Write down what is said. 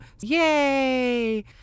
Yay